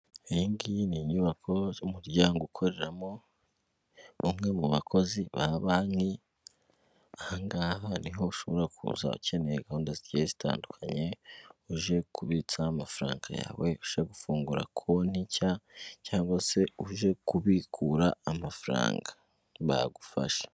Iyi ngiyi ni inyubako z' umuryango ukoreramo umwe mu bakozi ba banki, aha ngaha ni ho ushobora kuza ukeneye gahunda zigiye zitandukanye, uje kubitsa amafaranga yawe, uje gufungura konti nshya cyangwa se uje kubikura amafaranga bagufasha.